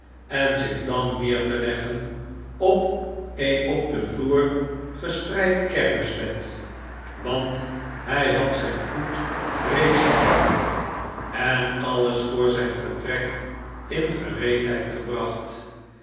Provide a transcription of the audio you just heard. en zich dan neer te leggen op een op den vloer gespreid kermisbed want hij had zijn goed reeds gepakt en alles voor zijn vertrek in gereedheid gebracht